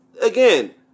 again